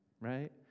right